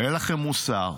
אין לכם מוסר.